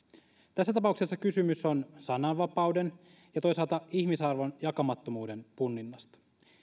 tässä tapauksessa kysymys on sananvapauden ja toisaalta ihmisarvon jakamattomuuden punninnasta